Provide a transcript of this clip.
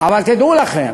אבל תדעו לכם,